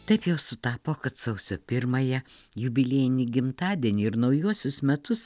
taip jau sutapo kad sausio pirmąją jubiliejinį gimtadienį ir naujuosius metus